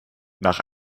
nach